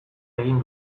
egin